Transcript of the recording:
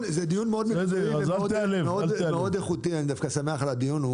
זה דיון מאוד איכותי, אני דווקא שמח על הדיון.